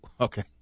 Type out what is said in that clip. Okay